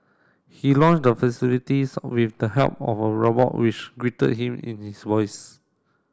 he launched the facilities with the help of a robot which greeted him in his voice